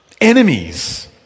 enemies